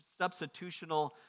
substitutional